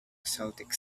celtic